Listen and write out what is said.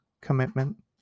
commitment